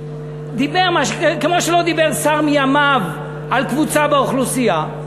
דיבר כמו שלא דיבר שר מימיו על קבוצה באוכלוסייה.